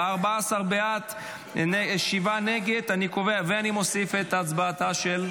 14 בסדר, שבעה נגד, ואני מוסיף את הצבעתה של,